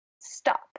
stop